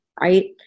right